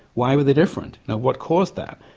why were they different? what caused that?